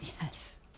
Yes